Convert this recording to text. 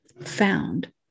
found